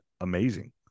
amazing